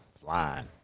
flying